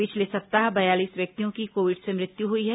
पिछले सप्ताह बयालीस व्यक्तियों की कोविड से मृत्यु हुई है